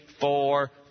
four